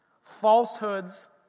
falsehoods